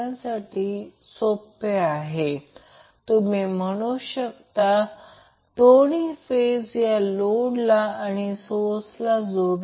याचा अर्थ त्याचप्रमाणे Z1 Z2 आणि Z3 हे समान मग्निट्यूडचे आणि समान अँगलमध्ये आहेत नंतर ते बॅलन्सड आहेत